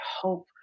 hope